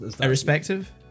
irrespective